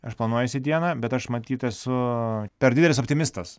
aš planuojuosi dieną bet aš matyt esu per didelis optimistas